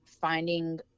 finding